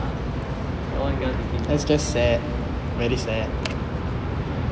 oh cannot take it